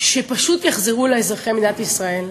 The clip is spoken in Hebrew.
שפשוט יחזרו לאזרחי מדינת ישראל,